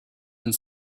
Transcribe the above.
and